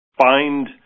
find